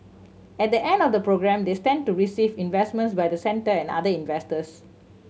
at the end of the programme they stand to receive investments by the centre and other investors